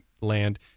land